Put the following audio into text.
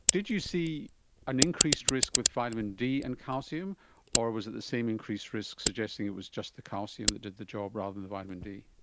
did you see an increased risk with vitamin d and calcium or was it the same increased risk suggesting it was just the calcium that did the job rather than the vitamin d?